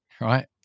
right